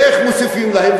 ואיך מוסיפים להן,